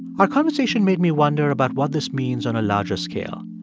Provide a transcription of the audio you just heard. our conversation made me wonder about what this means on a larger scale.